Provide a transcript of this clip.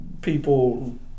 people